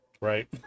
Right